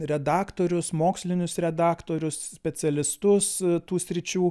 redaktorius mokslinius redaktorius specialistus tų sričių